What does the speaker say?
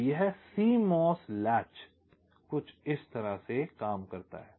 तो यह CMOS latch कुछ इस तरह से काम करता है